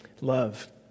love